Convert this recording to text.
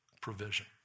provision